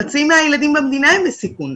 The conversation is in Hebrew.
חצי מהילדים במדינה הם בסיכון,